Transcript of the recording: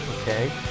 okay